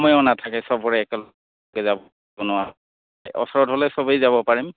সময়ো নাথাকে চবৰে একেলগে যাব ওচৰত হ'লে চবেই যাব পাৰিম